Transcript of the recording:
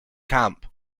camp